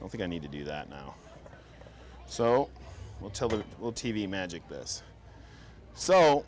i don't think i need to do that now so i'll tell them well t v magic this so